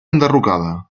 enderrocada